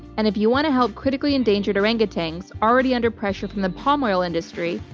and if you want to help critically endangered orangutans already under pressure from the palm oil industry,